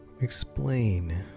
explain